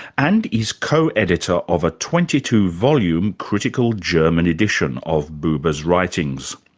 and is co-editor of a twenty two volume critical german edition of buber's writings.